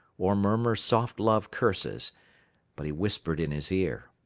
or murmur soft love curses but he whispered in his ear.